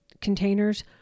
containers